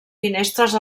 finestres